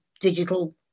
digital